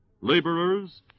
Laborers